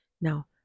Now